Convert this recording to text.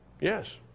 Yes